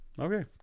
okay